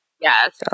Yes